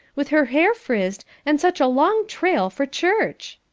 with her hair frizzed, and such a long trail for church!